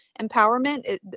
empowerment